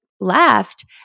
left